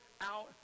Out